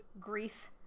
grief